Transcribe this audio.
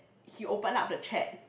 he open up the chat